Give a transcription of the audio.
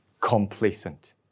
complacent